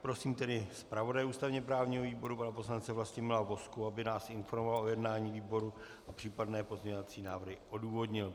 Prosím tedy zpravodaje ústavněprávního výboru pana poslance Vlastimila Vozku, aby nás informoval o jednání výboru a případné pozměňovací návrhy odůvodnil.